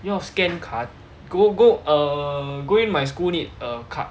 又要 scan card go go err go in my school need a card